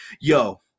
Yo